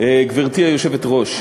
גברתי היושבת-ראש,